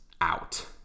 out